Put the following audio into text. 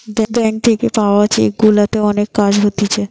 bank থাকে পাওয়া cheque গুলাতে অনেক কাজ হতিছে